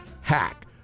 hack